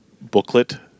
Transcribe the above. booklet